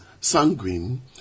sanguine